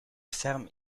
ferme